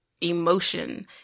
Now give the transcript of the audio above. emotion